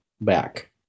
back